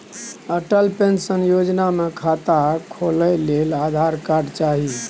Atal pension Yojana मे खाता खोलय लेल आधार कार्ड चाही